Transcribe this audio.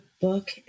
book